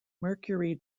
mercury